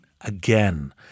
again